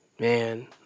Man